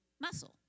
muscle